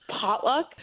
potluck